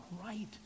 right